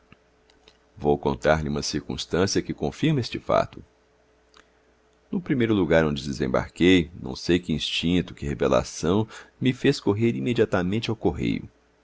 vou contar-lhe uma circunstância que confirma este fato no primeiro lugar onde desembarquei não sei que instinto que revelação me fez correr imediatamente ao correio